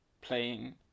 playing